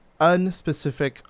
unspecific